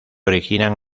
originan